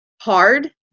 hard